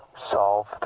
Solve